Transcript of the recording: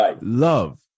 Love